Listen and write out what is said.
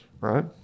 right